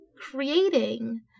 creating